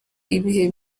ibihe